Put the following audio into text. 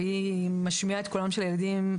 והיא משמיעה את קולם של הילדים,